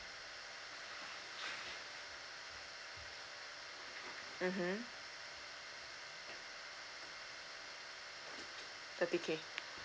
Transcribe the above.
mmhmm thirty K